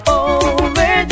over